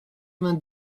vingt